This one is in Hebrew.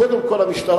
קודם כול למשטרה,